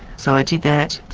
so i did that,